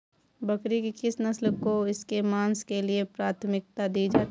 बकरी की किस नस्ल को इसके मांस के लिए प्राथमिकता दी जाती है?